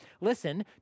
listen